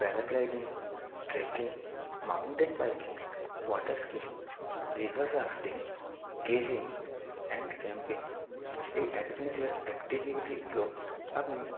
paragliding trekking mountain biking water skiing river rafting caving and camping এই adventurous অ্যাক্টিভিটিগুলো আপনি